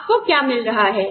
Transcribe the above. आपको क्या मिल रहा है